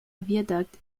viaduct